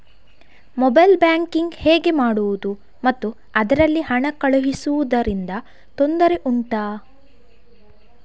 mobile banking ಹೇಗೆ ಮಾಡುವುದು ಮತ್ತು ಅದರಲ್ಲಿ ಹಣ ಕಳುಹಿಸೂದರಿಂದ ತೊಂದರೆ ಉಂಟಾ